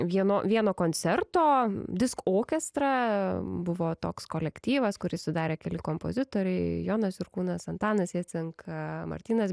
vieno vieno koncerto disk okestra buvo toks kolektyvas kurį sudarė keli kompozitoriai jonas jurkūnas antanas jecinka martynas